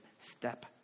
step